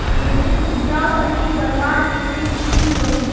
खेतेर उपजाऊ शक्ति बढ़वार केते की की करूम?